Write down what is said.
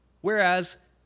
Whereas